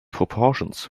proportions